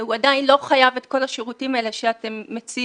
הוא עדיין לא חייב את כל השירותים האלה שאתם מציעים,